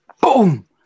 Boom